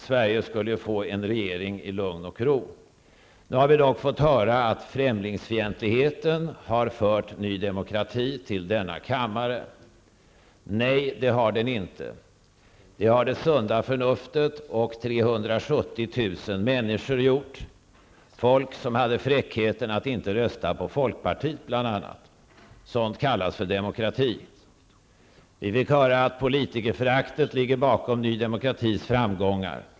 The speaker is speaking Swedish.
Sverige skulle ju få en regering i lugn och ro. Nu har vi dock fått höra att främlingsfientligheten har fört ny demokrati till denna kammare. Nej, det har den inte. Det har det sunda förnuftet och 370 000 människor gjort, folk som hade fräckheten att inte rösta på bl.a. folkpartiet. Sådant kallas för demokrati. Vi fick höra att politikerföraktet ligger bakom ny demokratis framgångar.